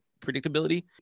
predictability